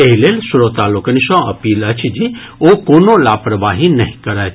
एहि लेल श्रोता लोकनि सँ अपील अछि जे ओ कोनो लापरवाही नहि करथि